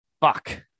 Fuck